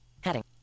heading